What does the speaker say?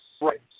Right